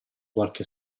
qualche